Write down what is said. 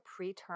preterm